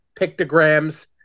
pictograms